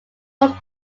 was